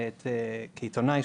כעיתונאי,